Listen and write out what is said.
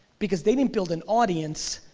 because they didn't build an audience,